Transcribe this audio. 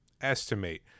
estimate